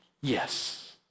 Yes